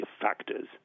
factors